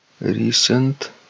recent